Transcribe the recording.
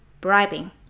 bribing